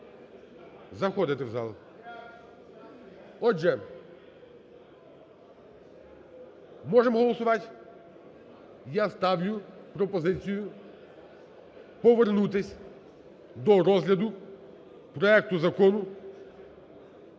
заходити в зал. Отже, можемо голосувати? Я ставлю пропозицію повернутися до розгляд проекту закону